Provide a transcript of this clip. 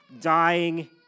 dying